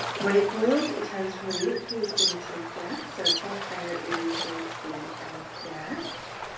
when it boils, it turns from a liquid into a gas. so above there, it is going to be a gas,